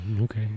Okay